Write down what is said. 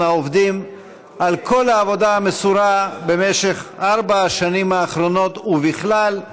על כל העבודה המסורה במשך ארבע השנים האחרונות ובכלל.